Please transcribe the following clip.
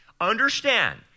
Understand